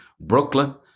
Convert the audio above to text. Brooklyn